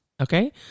okay